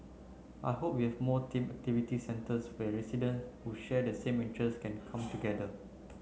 I hope we have more activity centres where residents who share the same interests can come together